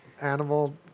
animal